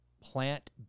plant